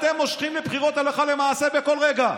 אתם מושכים לבחירות הלכה למעשה בכל רגע.